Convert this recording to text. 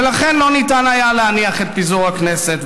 ולכן לא ניתן היה להניח את פיזור הכנסת.